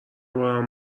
بارم